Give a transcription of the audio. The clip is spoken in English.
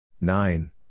Nine